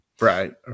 Right